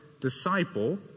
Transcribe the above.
disciple